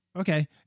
okay